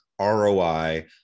ROI